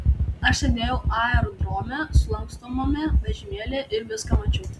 aš sėdėjau aerodrome sulankstomame vežimėlyje ir viską mačiau